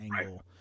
angle